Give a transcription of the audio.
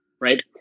right